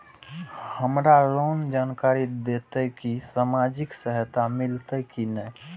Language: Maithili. हमरा केना जानकारी देते की सामाजिक सहायता मिलते की ने?